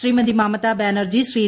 Shrimati Mamata Banerjee Shri